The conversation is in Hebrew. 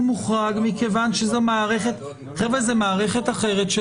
זו מערכת אחרת.